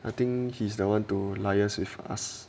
I think he's the [one] to liase with us